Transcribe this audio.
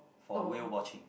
for whale watching